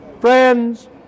Friends